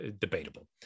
debatable